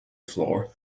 floor